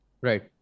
Right